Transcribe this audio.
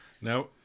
Now